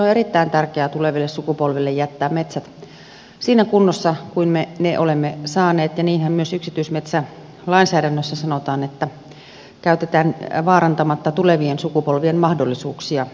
on erittäin tärkeää jättää tuleville sukupolville metsät siinä kunnossa kuin missä me ne olemme saaneet ja niinhän myös yksityismetsälainsäädännössä sanotaan että käytetään vaarantamatta tulevien sukupolvien mahdollisuuksia